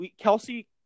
Kelsey